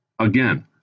Again